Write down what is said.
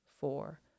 four